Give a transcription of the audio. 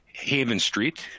Havenstreet